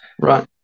right